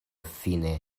fine